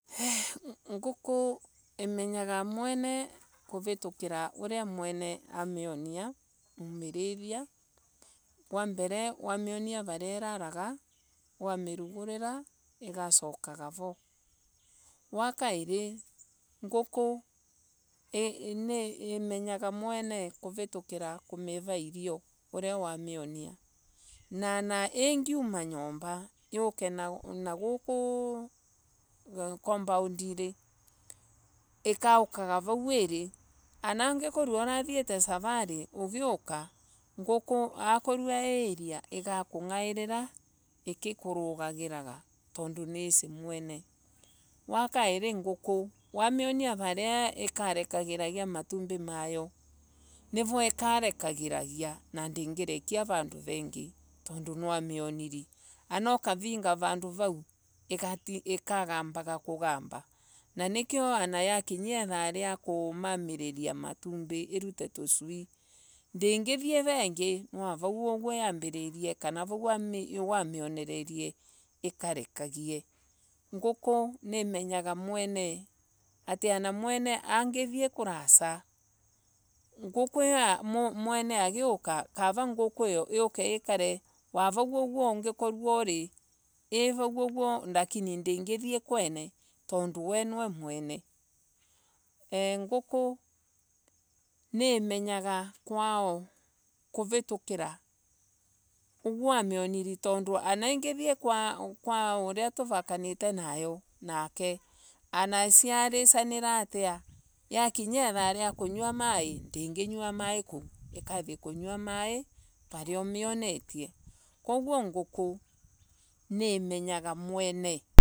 Ngūkū imenyaga muene kūvītukīra ūria mwene amionia kūrithia. Wambere wamionia varia īraraga. wamirūgūrīra īgacokaga vo. Wakaīrī ngūkū nī īmenyaga mwene kūvītūkīra kūmīva irio ūria wamionia na ona īngiuma nyūmba yūke nagūku compound īrīgīūkaga vau iri. Angīkorwa ūrathiate savari ūgīūka. nguku akorwo īī īria īgakūngaīrī, īngīkūrūgagīraga tondū nīīcī mwene. Wakaīrī ngūkū wamionia varia īkarekagīragia matumbī mayo, nivo īkarekagīragia na nitikerekaria vandu vengīī tondu nīwamionirie. Ana ūkavinga vandū vau īkagamba kūgamba. Na nīkīo an ya kinyīa īthaa ria kūmamīrīrīa matumbī īrute tūcio. ndigithie vengī nwa vauūguo ya mbīrīrīe kana vau wamionererie īkarekagie. Nguku nīīmenyaga mwene ati ana mwene angithie kūraca, nguku īto ana mwene angīūka kava ngūkū iyo yūke īkare wa vau ungīakwa īī vau ūguo lakini ndīngīthie kwene tondū we nīwe mwene ee nguku nī īrīmenyaga kwao kūvītūkīra ugu wa mianiri tondū ana īngīthi kwao ūria tūvakanīte nayo nake ana ciarīcanīra atia ya kinya ithaa ria rū kūnywa maīī naīkigīnywa maīī kūu īkathie kūnywa maīī varia ūmionetie. koguo ngūkū nīīmenyaga mwene.